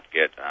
get